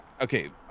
okay